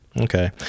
Okay